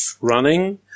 running